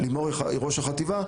לימור היא ראש החטיבה,